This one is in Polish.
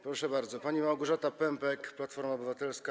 Proszę bardzo, pani Małgorzata Pępek, Platforma Obywatelska.